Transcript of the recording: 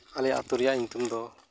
ᱟᱞᱮ ᱟᱛᱳ ᱨᱮᱭᱟᱜ ᱧᱩᱛᱩᱢ ᱫᱚ